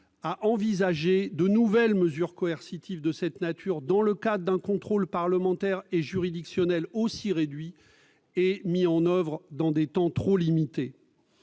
à envisager de nouvelles mesures coercitives de cette nature, dans le cadre d'un contrôle parlementaire et juridictionnel aussi réduit et mis en oeuvre dans des temps trop limités.